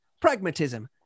pragmatism